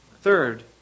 Third